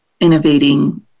innovating